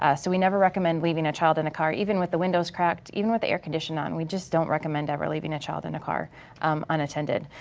so we never recommend leaving a child in a car even with the windows cracked, even with the air conditioning on, we just don't recommend ever leaving a child in a car unattended.